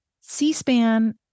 C-SPAN